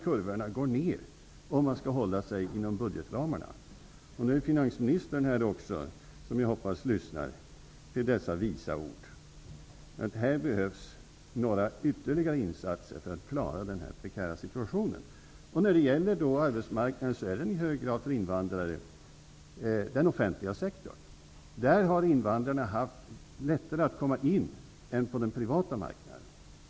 Kurvorna i statistiken pekar nedåt -- om man skall hålla sig inom budgetramarna. Jag hoppas att finansminstern, som nu också är här, lyssnar till dessa visa ord. Det behövs ytterligare insatser för att klara den här prekära situationen. Invandrarnas arbetsmarknad är i hög grad den offentliga sektorn, där invandrarna har haft lättare att komma in än vad de haft på den privata marknaden.